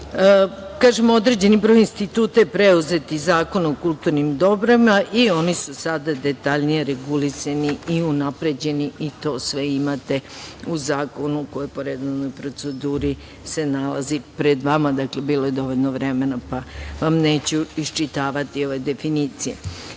određeni broj instituta je preuzet iz Zakona o kulturnim dobrima i oni su sada detaljnije regulisani i unapređeni i to sve imate u zakonu koji se po redovnoj proceduri nalazi pred vama, i bilo je dovoljno vremena, pa vam neću iščitavati ove definicije.U